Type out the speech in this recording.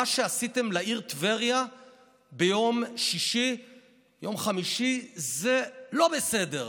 מה שעשיתם לעיר טבריה ביום חמישי זה לא בסדר.